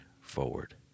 forward